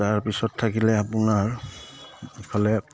তাৰপিছত থাকিলে আপোনাৰ এইফালে